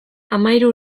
hamahiru